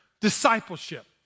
discipleship